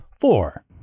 Four